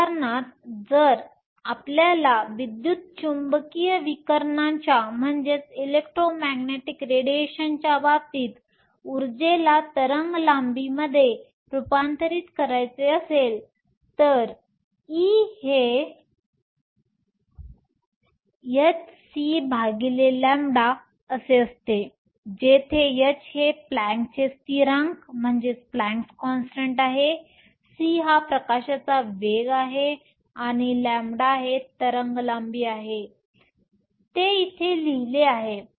उदाहरणार्थ जर तुम्हाला विद्युत चुंबकीय विकिरणच्या बाबतीत ऊर्जेला तरंग लांबीमध्ये वेव्ह लेन्थ रूपांतरित करायचे असेल तर E हे hcλ असते जेथे h हे प्लॅंकचे स्थिरांक Planck's constant आहे c हा प्रकाशाचा वेग आहे आणि λ हे तरंग लांबी आहे ते इथे लिहिले आहे